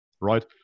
right